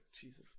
Jesus